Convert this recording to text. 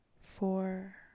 four